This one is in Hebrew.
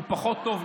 הוא פחות טוב,